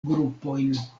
grupojn